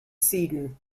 seddon